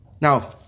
Now